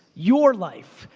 your life.